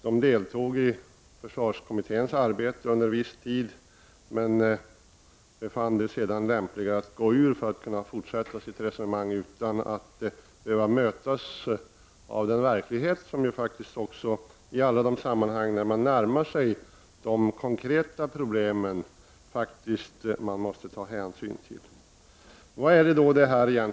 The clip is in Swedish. De deltog i försvarskommitténs arbete under en viss tid, men de fann det sedan lämpligast att inte delta i kommitténs arbete för att kunna fortsätta sitt resonemang utan att behöva mötas av den verklighet som man, i alla de sammanhang där man närmar sig de konkreta problemen, faktiskt måste ta hänsyn till. Vad handlar då detta ärende om?